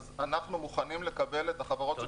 אז אנחנו מוכנים לקבל את החברות לפיקוח.